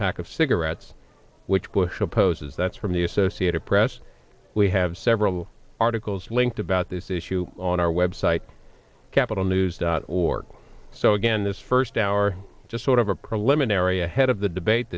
pack of cigarettes which bush opposes that's from the associated press we have several articles linked about this issue on our website capital news dot org so again this first hour just sort of a preliminary ahead of the debate